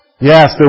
Yes